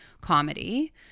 comedy